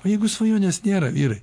o jeigu svajonės nėra vyrai